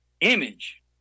image